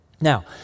Now